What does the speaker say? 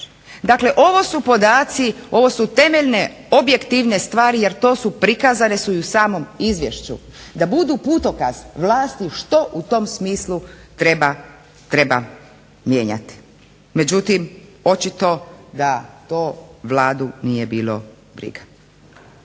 Dakle ovo su podaci, ovo su temeljne objektivne stvari jer to su, prikazane su i u samom izvješću da budu putokaz vlasti što u tom smislu treba mijenjati, međutim očito da to Vladu nije bilo briga.